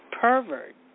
pervert